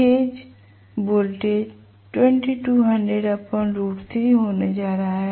phase voltage होने जा रहा है